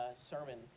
sermon